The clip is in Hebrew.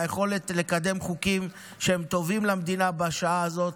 והיכולת לקדם חוקים שהם טובים למדינה בשעה הזאת.